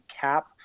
cap